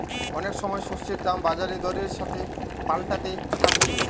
অনেক সময় শস্যের দাম বাজার দরের সাথে পাল্টাতে থাকছে